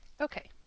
Okay